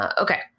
Okay